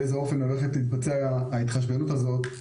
באיזה אופן הולכת להתבצע ההתחשבנות הזאת,